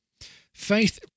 faith